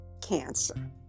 cancer